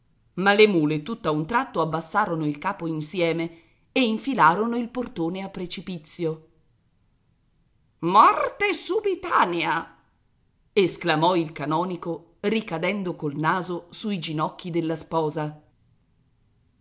ma le mule tutt'a un tratto abbassarono il capo insieme e infilarono il portone a precipizio morte subitanea esclamò il canonico ricadendo col naso sui ginocchi della sposa